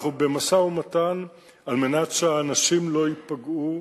אנחנו במשא-ומתן על מנת שהאנשים לא ייפגעו,